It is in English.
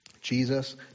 Jesus